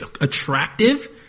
attractive